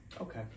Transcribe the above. Okay